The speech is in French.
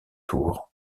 tour